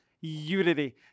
unity